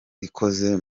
ikoze